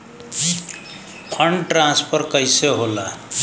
Fund transfer कैसे होला?